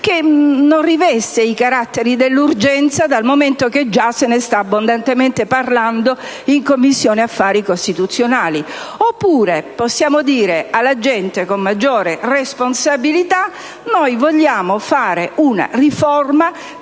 che non riveste i caratteri dell'urgenza, dal momento che già se ne sta abbondantemente parlando in Commissione affari costituzionali. Altrimenti possiamo dire alla gente, con maggiore responsabilità, che vogliamo fare una riforma,